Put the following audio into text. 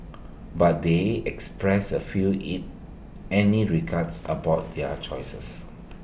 but they expressed A few IT any regrets about their choices